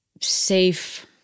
safe